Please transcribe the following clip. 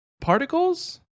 Particles